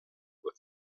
with